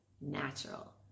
natural